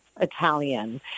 Italian